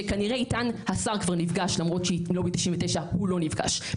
שכנראה איתן השר כבר נפגש למרות שעם לובי 99 הוא לא נפגש,